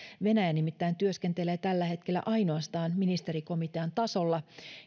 venäjä nimittäin työskentelee tällä hetkellä ainoastaan ministerikomitean tasolla